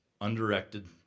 undirected